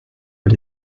but